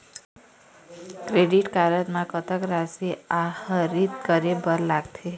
Credit card म कतक राशि आहरित करे बर लगथे?